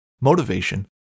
motivation